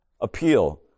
appeal